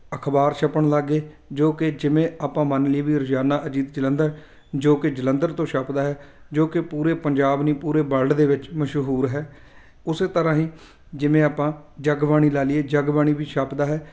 ਅਖਬਾਰ ਛਪਣ ਲੱਗ ਗਏ ਜੋ ਕਿ ਜਿਵੇਂ ਆਪਾਂ ਮੰਨ ਲਈਏ ਵੀ ਰੋਜ਼ਾਨਾ ਅਜੀਤ ਜਲੰਧਰ ਜੋ ਕਿ ਜਲੰਧਰ ਤੋਂ ਛੱਪਦਾ ਹੈ ਜੋ ਕਿ ਪੂਰੇ ਪੰਜਾਬ ਨਹੀਂ ਪੂਰੇ ਵਰਲਡ ਦੇ ਵਿੱਚ ਮਸ਼ਹੂਰ ਹੈ ਉਸੇ ਤਰ੍ਹਾਂ ਹੀ ਜਿਵੇਂ ਆਪਾਂ ਜਗਬਾਣੀ ਲਾ ਲਈਏ ਜਗਬਾਣੀ ਵੀ ਛਪਦਾ ਹੈ